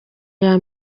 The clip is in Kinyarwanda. iya